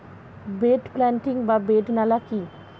Bed planting বা bed নালা কি?